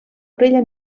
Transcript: orella